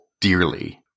dearly